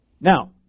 Now